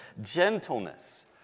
gentleness